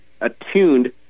attuned